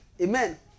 Amen